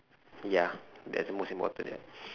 ya that's most important ya